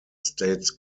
states